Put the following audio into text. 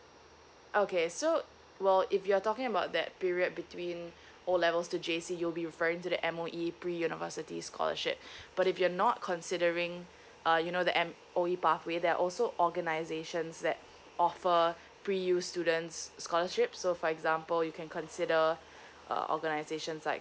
okay so well if you're talking about that period between O levels to J_C you'll be referring to that M_O_E pre university scholarship but if you're not considering uh you know the M_O_E pathway there're also organisations that offer pre U students scholarships so for example you can consider uh organisations like